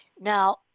Now